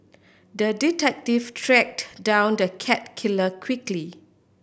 the detective tracked down the cat killer quickly